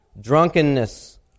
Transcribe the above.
drunkenness